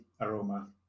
aroma